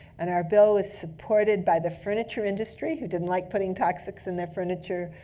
and our bill was supported by the furniture industry, who didn't like putting toxics in their furniture.